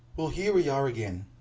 well, here we are again.